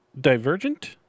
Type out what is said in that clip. Divergent